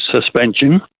suspension